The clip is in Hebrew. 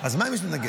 אז מה אם יש מתנגד?